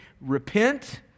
repent